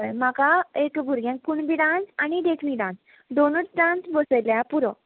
हय म्हाका एक भुरग्यांक कुणबी डांस आनी देखणी डांस दोनूच डांस बसयल्या पुरो